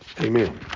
Amen